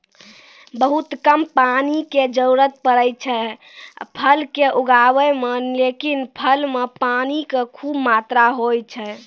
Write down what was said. बहुत कम पानी के जरूरत पड़ै छै है फल कॅ उगाबै मॅ, लेकिन फल मॅ पानी के खूब मात्रा होय छै